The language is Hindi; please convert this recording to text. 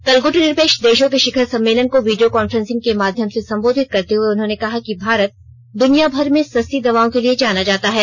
कल गुटनिरपेक्ष देशों के शिखर सम्मेनलन को वीडियो कॉन्फ्रेंसिंग के माध्यम से सम्बोधित करते हुए उन्होंने कहा कि भारत दुनियाभर में सस्ती दवाओं के लिए जाना जाता है